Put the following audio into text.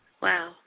Wow